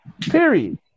Period